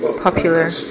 popular